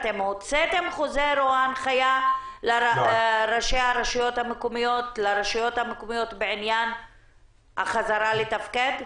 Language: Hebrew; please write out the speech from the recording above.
הוצאתם חוזר או הנחיה לרשויות המקומיות בעניין החזרה לתפקוד?